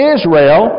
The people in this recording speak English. Israel